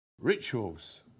Rituals